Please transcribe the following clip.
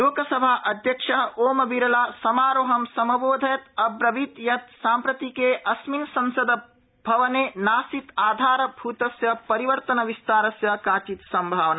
लोकसभा अध्यक्ष ओम् बिरला समारोहं समबोधयत् अब्रवीत् यत् साम्प्रतिके अस्मिन् संसन्द्रवने नासीत् आधारभूतस्य परिवर्तनविस्तारस्य काचित् सम्भावना